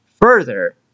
further